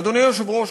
אדוני היושב-ראש,